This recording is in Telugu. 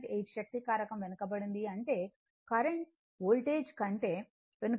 8 శక్తి కారకం వెనుకబడింది అంటే కరెంట్ వోల్టేజ్ కంటే వెనుకబడింది